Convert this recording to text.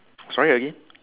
sorry again